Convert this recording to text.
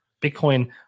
Bitcoin